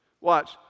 Watch